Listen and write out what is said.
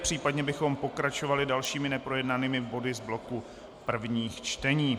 Případně bychom pokračovali dalšími neprojednanými body z bloku prvních čtení.